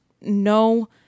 no